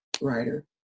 writer